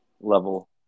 level